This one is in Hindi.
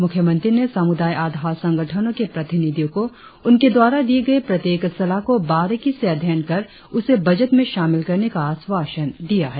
मुख्यमंत्री ने सामुदाय आधार संगठनों के प्रतिनिधियो को उनके द्वारा दिए गए प्रत्येक सलाह को बारिकी से अध्ययन कर उसे बजट में शामिल करने का आश्वासन दिया है